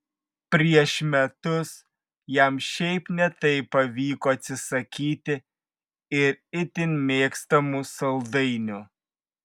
prieš metus jam šiaip ne taip pavyko atsisakyti ir itin mėgstamų saldainių